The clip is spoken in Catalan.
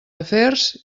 afers